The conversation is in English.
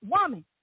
woman